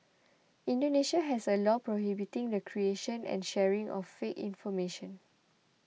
Indonesia has a law prohibiting the creation and sharing of fake information